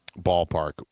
ballpark